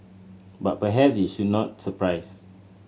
but perhaps it should not surprise